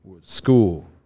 school